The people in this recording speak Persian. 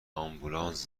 آمبولانس